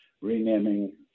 renaming